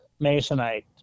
masonite